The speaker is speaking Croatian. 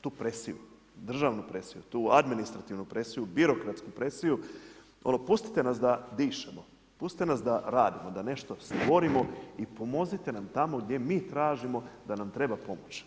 tu presiju, državnu presiju, tu administrativnu presiju, birokratsku presiju, ono pustite nas da dišemo, pustite nas da radimo, da nešto stvorimo i pomozite nam tamo gdje mi tražimo da nam treba pomoć.